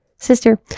Sister